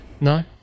No